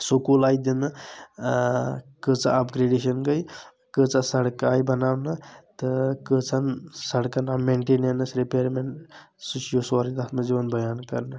school آیہِ دِنہٕ کۭژاہ اپگریڈیشن گٔے کۭژاہ سڑکہٕ آیہِ بناونہٕ تہٕ کۭژہن سڑکن آو مینٹِننس ریپریرمِنٹ سُہ چھُ سورُے تَتھ منٛز یِوان بیان کرنہٕ